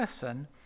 person